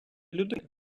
людини